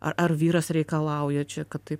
ar ar vyras reikalauja čia kad taip